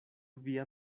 via